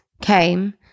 came